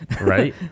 right